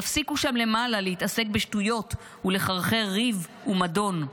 תפסיקו שם למעלה להתעסק בשטויות ולחרחר ריב ומדון.